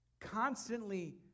constantly